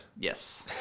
Yes